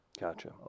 gotcha